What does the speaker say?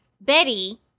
Betty